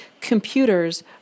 computers